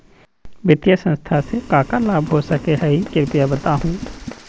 वित्तीय संस्था से का का लाभ हो सके हई कृपया बताहू?